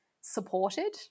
supported